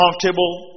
comfortable